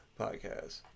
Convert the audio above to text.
podcast